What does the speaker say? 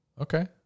Okay